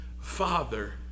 father